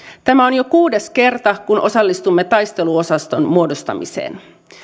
tämä on jo kuudes kerta kun osallistumme taisteluosaston muodostamiseen